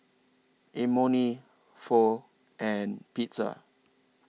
Imoni Pho and Pizza